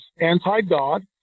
anti-God